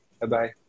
Bye-bye